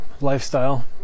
lifestyle